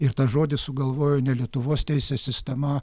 ir tą žodį sugalvojo ne lietuvos teisės sistema